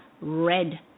red